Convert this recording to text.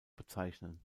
bezeichnen